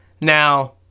Now